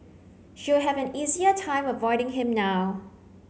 she'll have an easier time avoiding him now